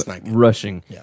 rushing